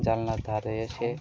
জালনার ধারে এসে